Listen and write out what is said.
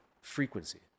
frequency